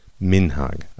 minhag